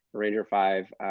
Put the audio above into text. ranger five,